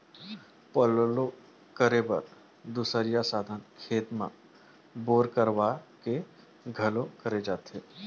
पल्लो करे बर दुसरइया साधन खेत म बोर करवा के घलोक करे जाथे